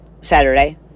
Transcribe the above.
Saturday